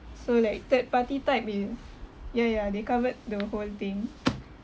so like third party type is ya ya they covered the whole thing